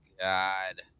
god